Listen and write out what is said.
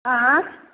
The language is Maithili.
आएँ